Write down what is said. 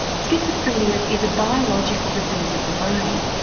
schizophrenia is a biological disease of the brain,